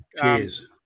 Cheers